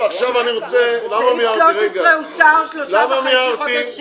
סעיף 13 אושר שלושה וחצי חודשים.